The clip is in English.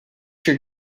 your